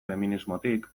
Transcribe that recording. feminismotik